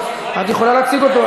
את יכולה להציג אותו.